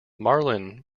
marlin